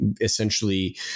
essentially